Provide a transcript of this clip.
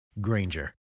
Granger